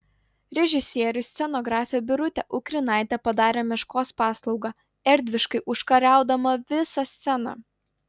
režisieriui scenografė birutė ukrinaitė padarė meškos paslaugą erdviškai užkariaudama visą sceną